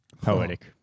Poetic